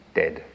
dead